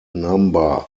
number